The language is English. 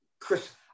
Chris